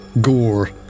Gore